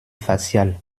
facial